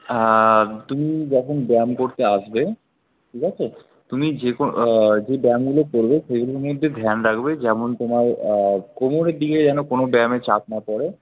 আর তুমি যখন ব্যায়াম করতে আসবে ঠিক আছে তুমি যে ব্যায়ামগুলো করবে সেইগুলোর মধ্যে ধ্যান রাখবে যেমন তোমার কোমরের দিকে যেন কোনও ব্যায়ামে চাপ না পড়ে